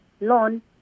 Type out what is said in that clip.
loan